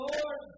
Lord